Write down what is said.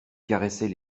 caressait